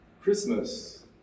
Christmas